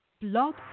Blog